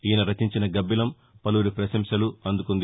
ఈయన రచించిన గబ్బిలం పలువురి ప్రశంసలు అందుకుంది